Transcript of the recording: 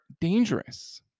dangerous